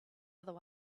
other